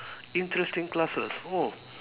interesting classes oh